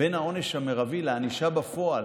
בין העונש המרבי לענישה בפועל,